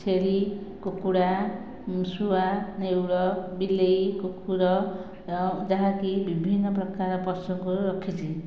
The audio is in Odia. ଛେଳି କୁକୁଡ଼ା ଶୁଆ ନେଉଳ ବିଲେଇ କୁକୁର ଯାହାକି ବିଭିନ୍ନ ପ୍ରକାର ପଶୁଙ୍କୁ ରଖିଛି